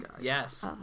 Yes